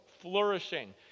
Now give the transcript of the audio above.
flourishing